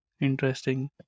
interesting